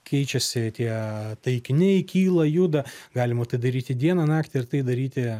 keičiasi tie taikiniai kyla juda galima tai daryti dieną naktį ir tai daryti